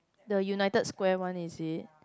the United Square one is it